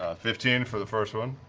ah fifteen for the first one.